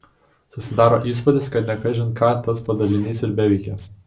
susidaro įspūdis kad ne kažin ką tas padalinys ir beveikė